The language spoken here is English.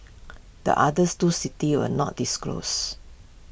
the others two cities were not disclosed